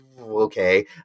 okay